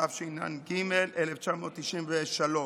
התשנ"ג 1993,